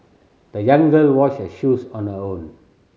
the young girl washed her shoes on her own